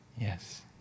Yes